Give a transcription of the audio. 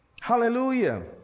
Hallelujah